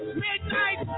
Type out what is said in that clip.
midnight